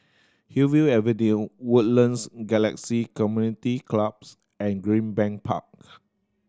Hillview Avenue Woodlands Galaxy Community Clubs and Greenbank Park